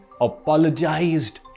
apologized